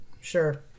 Sure